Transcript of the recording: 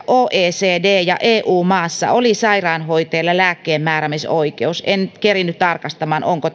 oecd ja eu maassa oli sairaanhoitajilla lääkkeenmääräämisoikeus en nyt kerinnyt tarkastamaan onko